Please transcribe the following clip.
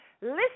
Listen